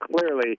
clearly